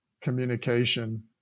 communication